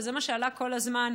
וזה מה שעלה כל הזמן,